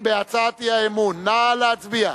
נא להצביע.